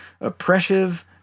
oppressive